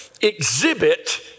exhibit